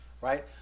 Right